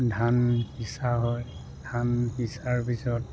ধান সিঁচা হয় ধান সিঁচাৰ পিছত